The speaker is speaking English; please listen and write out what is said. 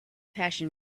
passion